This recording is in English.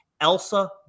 elsa